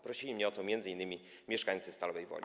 Prosili mnie o to m.in. mieszkańcy Stalowej Woli.